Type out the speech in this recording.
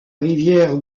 rivière